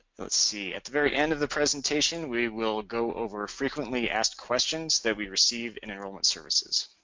let's see, at the very end of the presentation we will go over frequently asked questions that we receive in enrollment services.